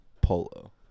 Polo